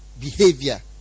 behavior